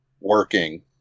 working